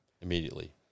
Immediately